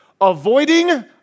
avoiding